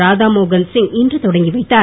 ராதாமோகன் சிங் இன்று தொடக்கி வைத்தார்